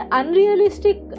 unrealistic